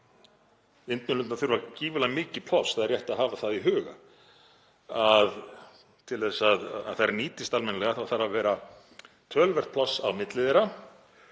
saman. Vindmyllurnar þurfa gífurlega mikið pláss. Það er rétt að hafa það í huga að til þess að þær nýtist almennilega þá þarf að vera töluvert pláss á milli þeirra